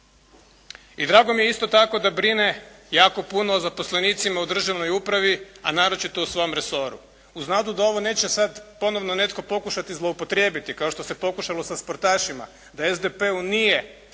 I drago mi je isto tako da brine jako puno o zaposlenicima u državnoj upravi, a naročito u svom resoru, uz da ovo neće sada ponovno netko pokušati zloupotrijebiti kao što se pokušalo sa sportašima, da SDP-u nije